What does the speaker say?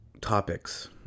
topics